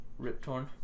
RipTorn